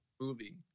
movie